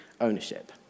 ownership